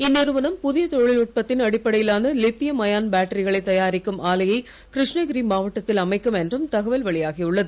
இந்நிறுவனம் புதிய தொழில்நுட்பத்தின் அடிப்படையிலான லித்தியம் அயான் பேட்டரிகளை தயாரிக்கும் ஆலையை இருஷ்ணகிரி மாவட்டத்தில் அமைக்கும் என்றும் தகவல் வெளியாகியுள்ளது